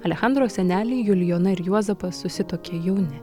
alechandro seneliai julijona ir juozapas susituokė jauni